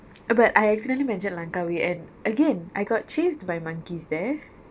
but I accidentally mentioned langkawi and again I got chased by monkeys there